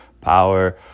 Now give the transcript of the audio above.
power